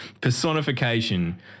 personification